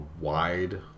wide